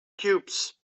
cubes